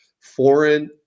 foreign